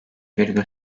virgül